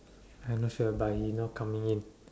I not sure but he not coming in